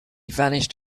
vanished